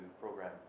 program